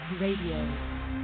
Radio